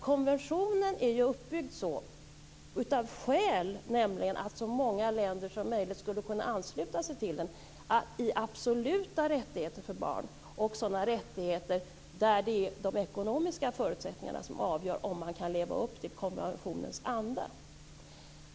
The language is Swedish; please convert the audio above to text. Konventionen är nämligen uppbyggd så att så många länder som möjligt skulle kunna ansluta sig till den, i fråga om absoluta rättigheter för barn och sådana rättigheter där det är de ekonomiska förutsättningarna avgör om man kan leva upp till konventionens anda.